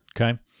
Okay